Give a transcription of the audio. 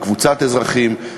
לקבוצת אזרחים,